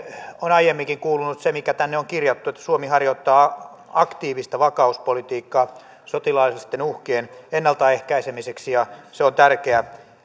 on aiemminkin kuulunut se mikä tänne on kirjattu että suomi harjoittaa aktiivista vakauspolitiikkaa sotilaallisten uhkien ennalta ehkäisemiseksi se on tärkeä